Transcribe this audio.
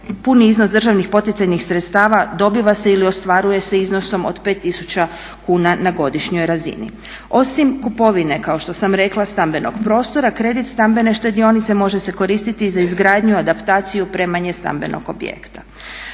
punom iznosu državnih poticajnih sredstava dobiva se ili ostvaruje se iznosom od 5000 kuna na godišnjoj razini. Osim kupovine kao što sam rekla stambenog prostora kredit stambene štedionice može se koristiti i za izgradnju, adaptaciju, opremanje stambenog objekta.